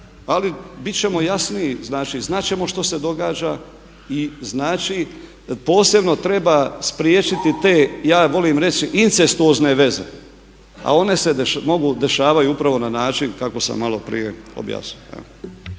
ali bit ćemo jasniji, znači znat ćemo što se događa i znači posebno treba spriječiti te ja volim reći incestuozne veze, a one se mogu, dešavaju upravo na način kako sam maloprije objasnio.